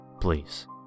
please